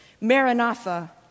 Maranatha